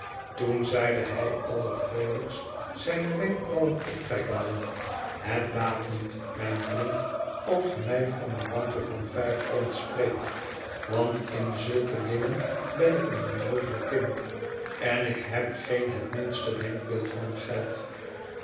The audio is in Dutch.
toen zeide hij allervroolijkst zijne wenkbrauwen optrekkende het baat niet mijn vriend of ge mij van een bankje van vijf pond spreekt want in zulke dingen ben ik een onnoozel kind en ik heb geen het minste denkbeeld van geld